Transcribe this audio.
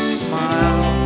smile